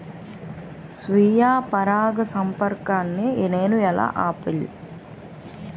స్వీయ పరాగసంపర్కాన్ని నేను ఎలా ఆపిల్?